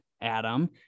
Adam